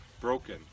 broken